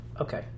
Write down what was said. Okay